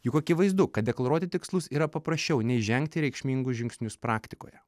juk akivaizdu kad deklaruoti tikslus yra paprasčiau nei žengti reikšmingus žingsnius praktikoje